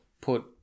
put